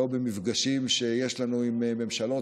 לא במפגשים שיש לנו עם ממשלות,